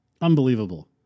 Unbelievable